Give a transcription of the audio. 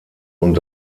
und